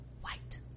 White